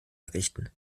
errichten